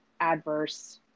adverse